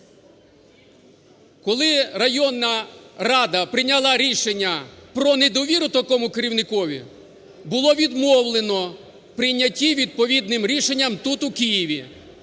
Коли районна рада прийняла рішення про недовіру такому керівникові, було відмовлено в прийнятті відповідним рішенням тут у Києві.